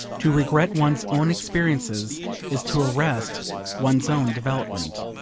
to regret one's own experiences is to arrest one's own development.